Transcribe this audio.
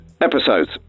episodes